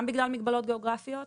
גם בגלל מגבלות גיאוגרפיות,